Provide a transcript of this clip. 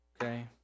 okay